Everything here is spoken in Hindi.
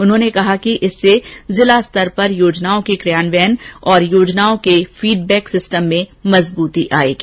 उन्होंने कहा कि इससे जिला स्तर पर योजनाओं के क्रियान्वयन और योजनाओं पर फीडबैक सिस्टम भी मजबूत हो सकेगा